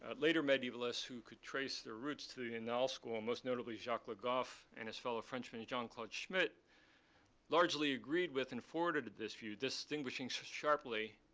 ah later medievalists, who could trace their roots to the and annales school, and most notably jacques le goff and his fellow frenchman jean-claude schmitt largely agreed with and forwarded this view, distinguishing so sharply,